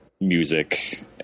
music